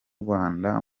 rwanda